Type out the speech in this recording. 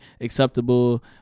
acceptable